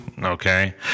Okay